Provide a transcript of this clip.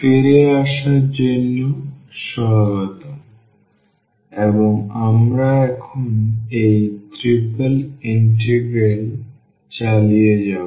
ফিরে আসার জন্য স্বাগতম এবং আমরা এখন এই ট্রিপল ইন্টিগ্রাল চালিয়ে যাব